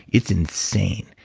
it's insane.